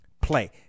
play